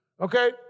Okay